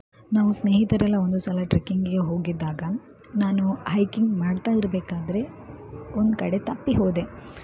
ನಾವು ಸ್ನೇಹಿತರೆಲ್ಲ ಒಂದು ಸಲ ಟ್ರೆಕಿಂಗ್ಗೆ ಹೋಗಿದ್ದಾಗ ನಾನು ಹೈಕಿಂಗ್ ಮಾಡ್ತಾ ಇರಬೇಕಾದ್ರೆ ಒಂದು ಕಡೆ ತಪ್ಪಿ ಹೋದೆ